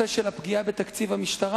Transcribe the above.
הפגיעה בתקציב המשטרה.